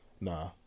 Nah